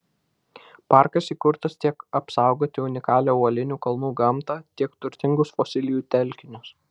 parkas įkurtas tiek apsaugoti unikalią uolinių kalnų gamtą tiek turtingus fosilijų telkinius